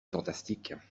fantastique